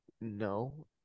no